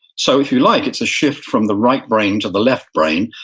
so if you like it's a shift from the right brain to the left brain,